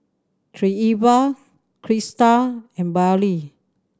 Treva Crista and Billye